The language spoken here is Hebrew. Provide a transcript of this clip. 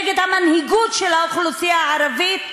נגד המנהיגות של האוכלוסייה הערבית,